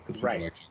Right